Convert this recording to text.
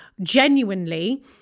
genuinely